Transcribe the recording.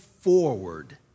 forward